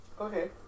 okay